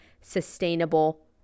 sustainable